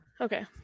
Okay